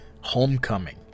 Homecoming